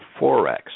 Forex